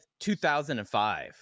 2005